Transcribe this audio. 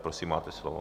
Prosím, máte slovo.